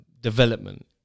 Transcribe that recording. development